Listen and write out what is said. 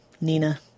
Nina